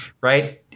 right